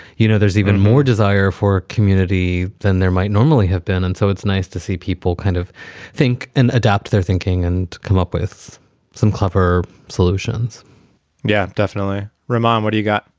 you know, there's even more desire for community than there might normally have been. and so it's nice to see people kind of think and adapt their thinking and come up with some clever solutions yeah, definitely. ramon, what do you got?